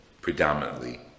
Predominantly